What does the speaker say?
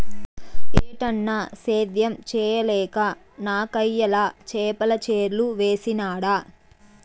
ఏటన్నా, సేద్యం చేయలేక నాకయ్యల చేపల చెర్లు వేసినాడ